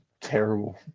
terrible